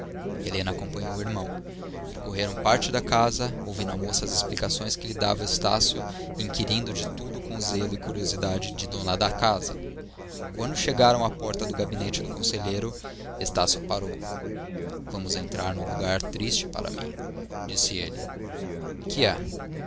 helena acompanhou o irmão percorreram parte da casa ouvindo a moça as explicações que lhe dava estácio e inquirindo de tudo com zelo e curiosidade de dona da casa quando chegaram à porta do gabinete do conselheiro estácio parou vamos entrar num lugar triste para mim disse ele que é